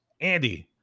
Andy